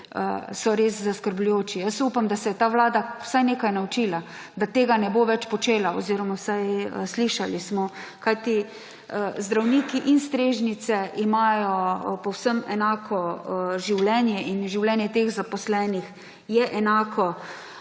je res zaskrbljujoče. Jaz upam, da se je ta vlada vsaj nekaj naučila, da tega ne bo več počela oziroma vsaj slišali smo. Zdravniki in strežnice imajo povsem enako življenje in življenje teh zaposlenih je enako.